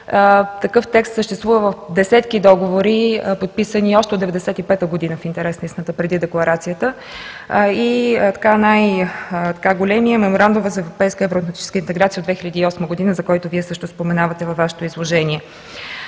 Такъв текст съществува в десетки договори, подписани още от 1995 г., в интерес на истината, преди Декларацията. Най-големият Меморандум за европейска и евроатлантическа интеграция от 2008 г., за който Вие също споменавате във Вашето изложение.